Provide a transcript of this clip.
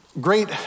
great